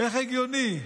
איך הגיוני?